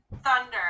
thunder